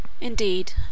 Indeed